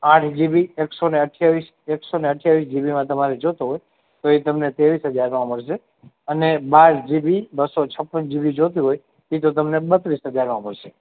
આઠ જીબી એકસોને અઠ્ઠાવીસ એકસોને અઠ્ઠાવીસ જીબીમાં તમારે જોઈતો હોય તો એ તમને ત્રેવીસ હજારમાં મળશે અને બાર જીબી અને બસો છપ્પન જીબી જોઈતું હોય તો એ તમને બત્રીસ હજારમાં મળશે